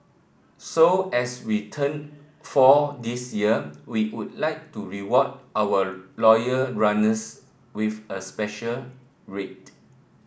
so as we turn four this year we would like to reward our loyal runners with a special rate